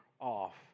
off